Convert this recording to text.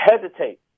hesitate